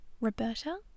Roberta